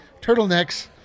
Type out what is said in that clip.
turtlenecks